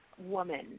Woman